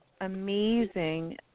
amazing